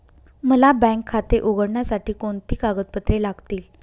मला बँक खाते उघडण्यासाठी कोणती कागदपत्रे लागतील?